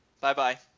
Bye-bye